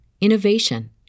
innovation